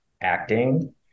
acting